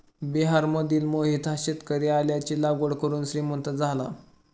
बिहारमधील मोहित हा शेतकरी आल्याची लागवड करून श्रीमंत झाला